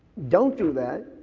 don't do that.